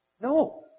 No